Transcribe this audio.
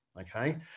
okay